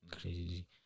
Crazy